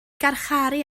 garcharu